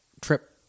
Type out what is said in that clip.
trip